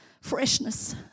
freshness